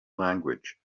language